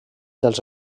dels